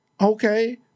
okay